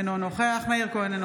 אינו נוכח מאיר כהן,